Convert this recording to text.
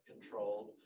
controlled